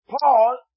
Paul